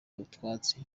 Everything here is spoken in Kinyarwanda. utwatsi